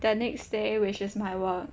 the next day which is my work